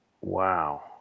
Wow